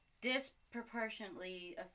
Disproportionately